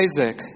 Isaac